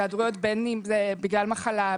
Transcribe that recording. היעדרויות שהן בין אם בגלל מחלה,